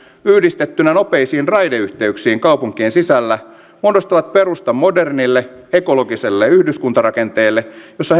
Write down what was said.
yhdistettynä nopeisiin raideyhteyksiin kaupunkien sisällä muodostavat perustan modernille ekologiselle yhdyskuntarakenteelle jossa